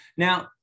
Now